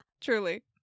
Truly